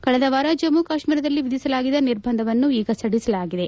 ಕಳೆದ ವಾರ ಜಮ್ನು ಕಾಶ್ನೀರದಲ್ಲಿ ವಿಧಿಸಲಾಗಿದ್ದ ನಿರ್ಬಂಧವನ್ನು ಈಗ ಸಡಿಲಿಸಲಾಗಿದೆ